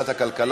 נתקבלה.